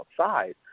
outside